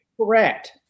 Correct